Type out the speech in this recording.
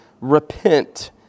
repent